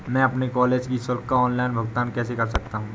मैं अपने कॉलेज की शुल्क का ऑनलाइन भुगतान कैसे कर सकता हूँ?